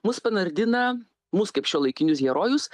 mus panardina mus kaip šiuolaikinius herojus